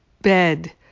bed